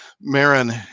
Marin